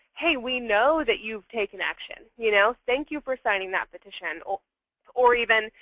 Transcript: hey, we know that you've taken action. you know thank you for signing that petition. or or even,